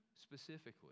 specifically